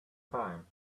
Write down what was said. time